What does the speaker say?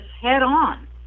head-on